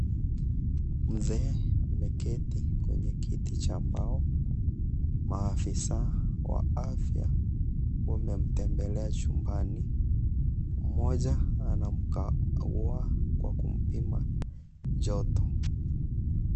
Mzee ameketi kwenye kiti cha mbao. Maafisa wa afya wamemtembelea chumbani. Mmoja anamkagua kwa kumpima joto.